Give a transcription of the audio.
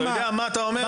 אתה יודע מה אתה אומר פה?